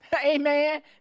Amen